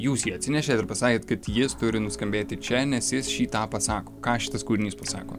jūs atsinešėt ir pasakėt kad jis turi nuskambėti čia nes jis šį tą pasako ką šitas kūrinys pasako